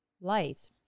light